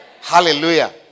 Hallelujah